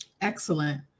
Excellent